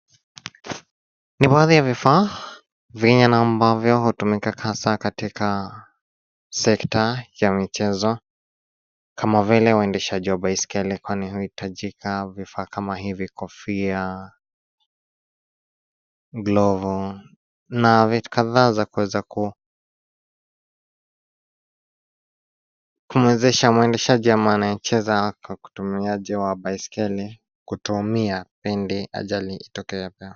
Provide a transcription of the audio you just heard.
Ni baadhi ya vifaa vyenye na ambavyo hutumika hasa katika sekta ya michezo kama vile uendeshaji wa baiskeli kwani huhitajika vifaa kama hivi kofia, glovu na vitu kadhaa za kuweza kumwezesha mwendeshaji ama anayecheza kwa utumiaji wa baiskeli kutumia pindi ajali itokeavyo.